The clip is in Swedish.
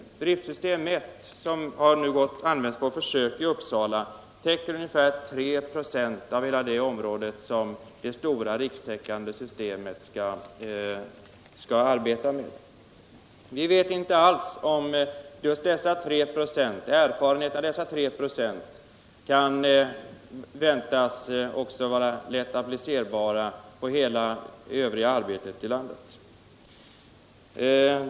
Nr 80 Drifisystem 1, som har använts på försök i Uppsala län, täcker ungefär 3 96 av Onsdagen den hela det område som det stora rikstäckande systemet skall arbeta med. Vi vet 15 februari 1978 inte alls om erfarenheterna av dessa 3 26 kan vara lätt applicerbara på hela det övriga arbetet i landet.